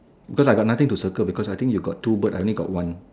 because I got nothing to circle because I think you got two bird I only got one